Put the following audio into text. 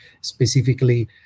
specifically